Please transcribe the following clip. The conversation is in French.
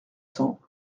cents